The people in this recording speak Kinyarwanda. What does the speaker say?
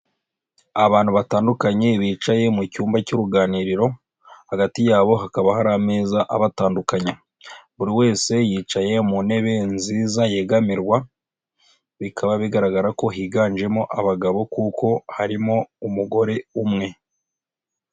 Abantu batandukanye bicaye mu cyumba cy'uruganiriro hagati yabo hakaba hari ameza abatandukanya, buri wese yicaye mu ntebe nziza yegamirwa bikaba bigaragara ko higanjemo abagabo kuko harimo umugore umwe.